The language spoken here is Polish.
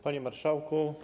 Panie Marszałku!